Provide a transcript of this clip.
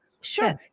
Sure